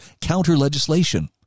counter-legislation